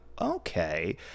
okay